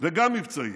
וגם מבצעית.